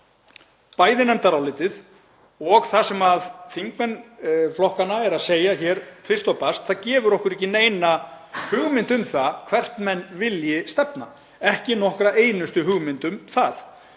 bæði nefndarálitið og það sem þingmenn flokkanna eru að segja hér tvist og bast gefur okkur ekki neina hugmynd um það hvert menn vilja stefna, ekki nokkra einustu hugmynd um það.